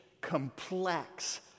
complex